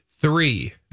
Three